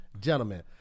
Gentlemen